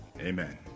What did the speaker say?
Amen